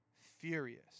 furious